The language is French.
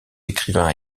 écrivains